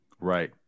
Right